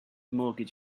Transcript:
mortgage